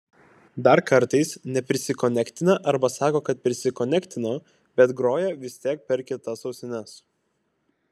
dar kartais neprisikonektina arba sako kad prisikonektino bet groja vis tiek per kitas ausines